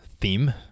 theme